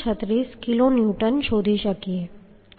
36 kilonewton શોધી શકીએ ખરું